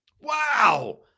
Wow